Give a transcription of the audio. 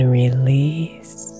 release